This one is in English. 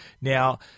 Now